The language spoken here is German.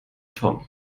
tom